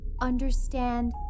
understand